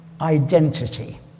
identity